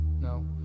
No